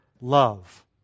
love